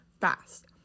fast